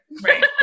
Right